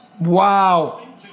wow